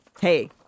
Hey